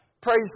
Praise